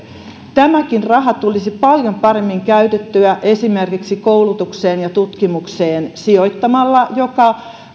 tämäkin raha tulisi paljon paremmin käytettyä esimerkiksi koulutukseen ja tutkimukseen sijoittamalla mikä